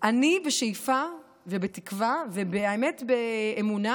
אני בשאיפה ובתקווה ובאמת באמונה